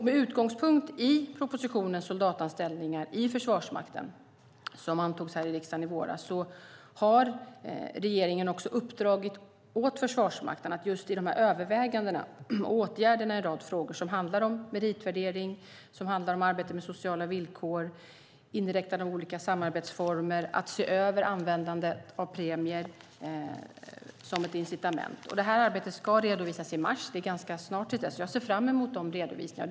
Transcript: Med utgångspunkt i propositionen Soldatanställningar i Försvarsmakten som antogs här i riksdagen i våras har regeringen uppdragit åt Försvarsmakten att överväga åtgärderna i en rad frågor som handlar om meritvärdering, arbete med sociala villkor, inräknande av olika samarbetsformer och se över användandet av premier som ett incitament. Detta arbete ska redovisas i mars. Det är ganska snart. Jag ser fram emot de redovisningarna.